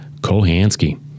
Kohansky